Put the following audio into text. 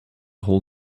hold